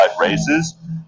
races